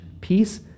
peace